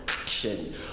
action